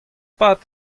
pad